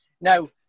now